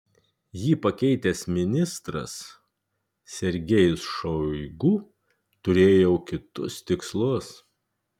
jį pakeitęs ministras sergejus šoigu turėjo jau kitus tikslus